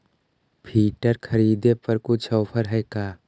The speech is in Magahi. फिटर खरिदे पर कुछ औफर है का?